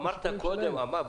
לתשתיות שלהם.